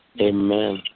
Amen